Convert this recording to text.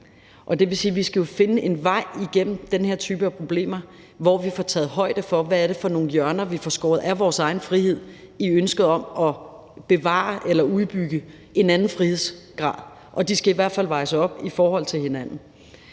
Det vil sige, at vi jo skal finde en vej igennem den her type problemer, hvor vi får taget højde for, hvad det er for nogle hjørner, vi får skåret af vores egen frihed i ønsket om at bevare eller udbygge en anden frihedsgrad, og de ting skal i hvert fald vejes op mod hinanden.